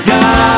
God